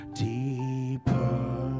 deeper